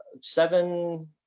seven